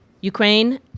Ukraine